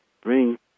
bring